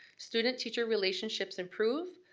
student teacher relationships improve,